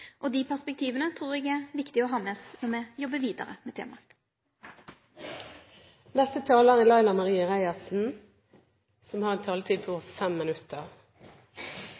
perspektiva trur eg er viktig å ha med seg når me jobbar vidare med